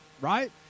right